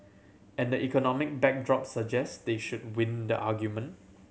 and the economic backdrop suggest they should win the argument